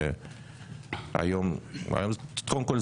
קודם כל,